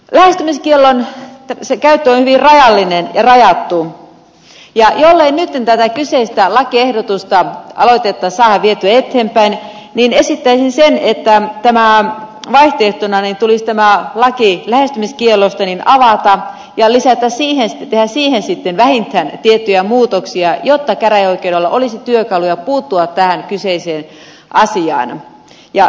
lähestymiskiellon käyttö on hyvin rajallinen ja rajattu ja jollei nytten tätä kyseistä lakialoitetta saada vietyä eteenpäin niin esittäisin sitä että vaihtoehtona tulisi laki lähestymiskiellosta avata ja tehdä siihen sitten vähintään tiettyjä muutoksia jotta käräjäoikeudella olisi työkaluja puuttua tähän kyseiseen asiaan